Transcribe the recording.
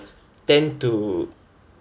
tend to